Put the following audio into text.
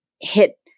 hit